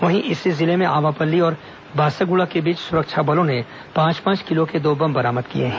वहीं इसी जिले में आवापल्ली और बासागुड़ा के बीच सुरक्षा बलों ने पांच पांच किलो के दो बम बरामद किए हैं